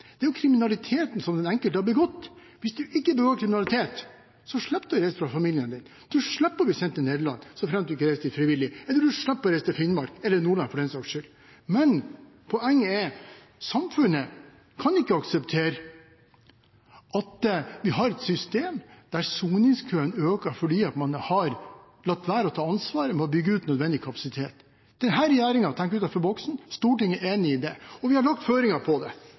er den enkelte som har begått kriminalitet. Hvis man ikke begår kriminalitet, slipper man å reise fra familien sin, man slipper å bli sendt til Nederland – så fremt man ikke reiser dit frivillig – og man slipper å reise til Finnmark eller Nordland, for den saks skyld. Poenget er: Samfunnet kan ikke akseptere at vi har et system der soningskøene øker fordi man har latt være å ta ansvar for å bygge ut nødvendig kapasitet. Denne regjeringen tenker utenfor boksen, Stortinget er enig i det, og vi har lagt føringer for det. På nytt registrerer jeg at mindretallet ønsker å definere hva flertallet har ment. Det